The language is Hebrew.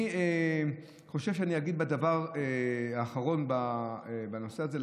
אני חושב שאני אגיד דבר אחרון בנושא הזה,